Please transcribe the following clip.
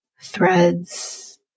threads